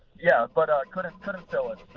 yeah. but i kind of couldn't fill it,